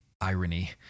irony